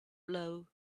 blow